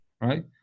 right